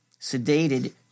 sedated